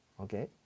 Okay